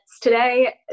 today